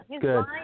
good